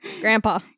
Grandpa